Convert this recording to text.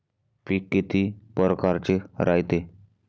पिकं किती परकारचे रायते?